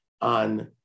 on